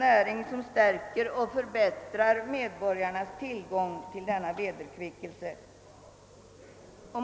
näring som stärker och förbättrar den vederkvickelse som medborgarna där kan få.